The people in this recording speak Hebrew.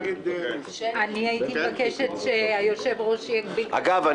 אני הייתי מבקשת שהיושב-ראש יגביל את עצמו --- אגב,